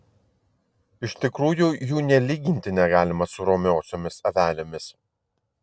iš tikrųjų jų nė lyginti negalima su romiosiomis avelėmis